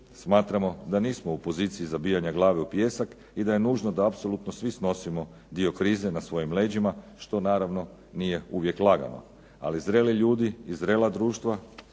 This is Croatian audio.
Smatramo da nismo u poziciji zabijanja glave u pijesak i da je nužno da apsolutno svi snosimo dio krize na svojim leđima što naravno nije uvijek lagano, ali zreli ljudi i zrela društva,